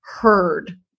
heard